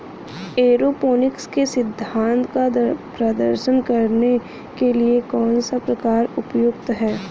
Aeroponics के सिद्धांत का प्रदर्शन करने के लिए कौन सा प्रकार उपयुक्त है?